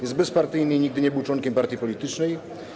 Jest bezpartyjny i nigdy nie był członkiem partii politycznej.